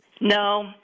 No